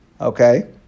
Okay